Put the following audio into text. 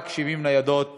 רק 70 ניידות